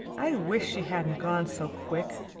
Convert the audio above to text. i wish she hadn't gone so quick,